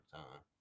time